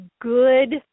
good